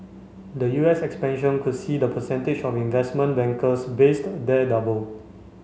the U S expansion could see the percentage of investment bankers based there double